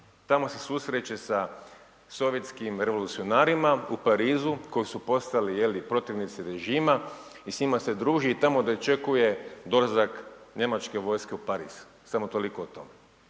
Tamo se susreće sa sovjetskim revolucionarima u Parizu koji su postali, je li, protivnici režima i s njima se druži i tamo dočekuje dolazak njemačke vojske u Pariz. Samo toliko o tome.